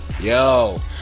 Yo